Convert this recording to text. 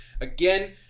Again